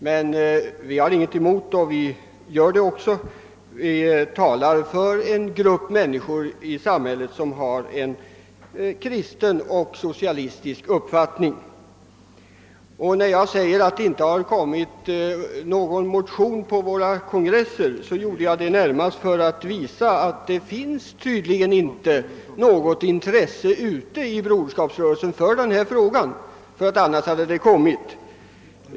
Men vi har ingenting emot att, som vi gör, tala för en grupp i samhället som har en kristen och socialistisk uppfattning. Och när jag sade att det inte väckts någon motion i denna fråga till våra kongresser avsåg jag närmast att klargöra att det inte tycks finnas något intresse för saken inom Broderskapsrörelsen. Funnes ett sådant intresse, hade naturligtvis motioner väckts.